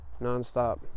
nonstop